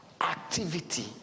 activity